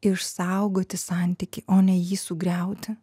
išsaugoti santykį o ne jį sugriauti